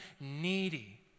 needy